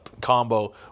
combo